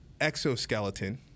exoskeleton